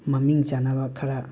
ꯃꯃꯤꯡ ꯆꯥꯅꯕ ꯈꯔ